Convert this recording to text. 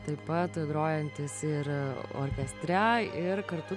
taip pat grojantis ir orkestre ir kartu